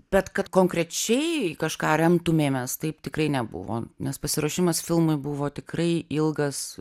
bet kad konkrečiai į kažką remtumėmės taip tikrai nebuvo nes pasiruošimas filmui buvo tikrai ilgas